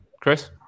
Chris